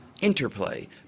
interplay